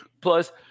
Plus